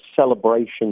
celebration